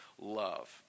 Love